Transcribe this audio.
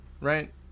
right